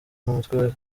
n’umutwe